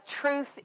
truth